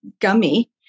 gummy